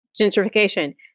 gentrification